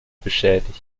beschädigt